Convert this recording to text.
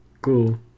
Cool